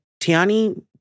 Tiani